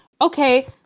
okay